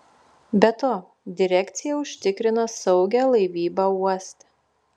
be to direkcija užtikrina saugią laivybą uoste